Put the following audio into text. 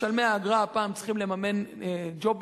משלמי האגרה הפעם צריכים לממן ג'ובים